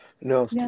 No